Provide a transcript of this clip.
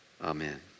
Amen